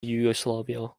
yugoslavia